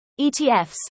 ETFs